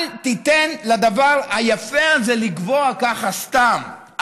אל תיתן לדבר היפה זה לגווע ככה סתם.